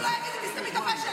הוא לא יגיד לי "תסתמי את הפה שלך".